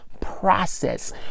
process